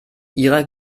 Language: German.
ihrer